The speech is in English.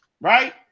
right